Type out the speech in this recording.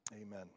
Amen